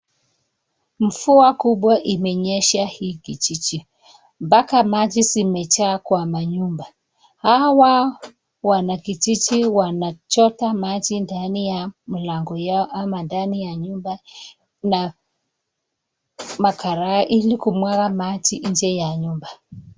Mvua kubwa imenyesha hii kijiji, mpaka maji zimejaa kwa manyumba. Hawa wanakijiji wanachota maji ndani ya mlango yao ama ndani ya nyumba na makarai ili kumwaga maji nje ya nyumba.